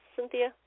Cynthia